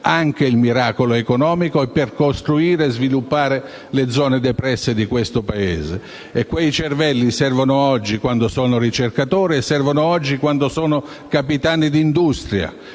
anche il miracolo economico e costruire e sviluppare le zona depresse di questo Paese. Quei cervelli servono oggi quando sono ricercatori e quando sono capitani d'industria